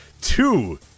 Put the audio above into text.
two